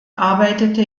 arbeitete